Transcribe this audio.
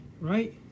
right